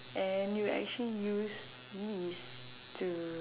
and you actually use yeast to